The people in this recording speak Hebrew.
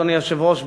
אדוני היושב-ראש,